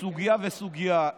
סוגיה וסוגיה,